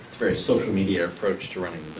very social media approach to running